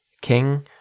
king